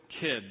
kids